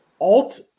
alt